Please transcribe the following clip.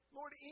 Lord